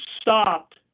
stopped